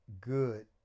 good